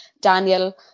Daniel